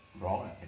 right